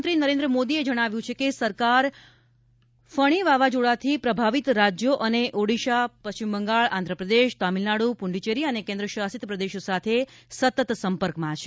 પ્રધાનમંત્રી નરેન્દ્ર મોદીએ જણાવ્યું છે કે સરકાર ફેણી વાવાઝોડાથી પ્રભાવિત રાજ્યો ઓડિશા પશ્ચિમ બંગાળ આંધ્રપ્રદેશ તમિલનાડુ પુડુચ્ચેરી અને કેન્દ્ર શાસિત પ્રદેશ સાથે સતત સંપર્કમાં છે